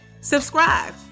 subscribe